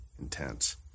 intense